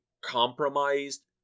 compromised